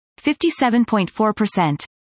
57.4%